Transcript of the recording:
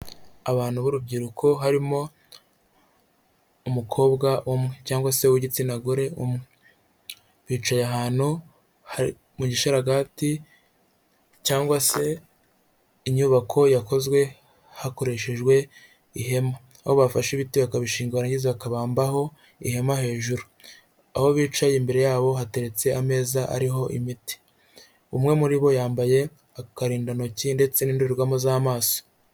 Abantu b'urubyiruko, harimo umukobwa umwe cyangwa se w'igitsina gore, bicaye ahantu mu gisharagati, cyangwa se inyubako yakozwe hakoreshejwe ihema, aho bafashe ibiti bakabishinga bakabambaho ihema hejuru, aho bicaye imbere yabo hateretse ameza ariho imiti, umwe muri bo yambaye akarindantoki ndetse n'indorerwamo z'amaso.